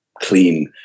clean